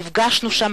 נפגשנו שם.